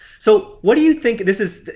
so, what do you think this is.